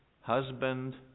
Husband